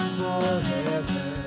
forever